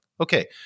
Okay